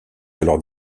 alors